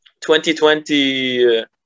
2020